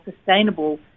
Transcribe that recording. sustainable